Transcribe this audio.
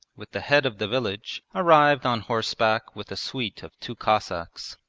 with the head of the village, arrived on horseback with a suite of two cossacks.